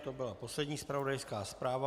To byla poslední zpravodajská zpráva.